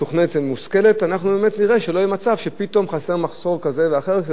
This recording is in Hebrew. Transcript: נראה שלא יהיה מחסור כזה ואחר שגורם לסחרור.